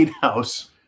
House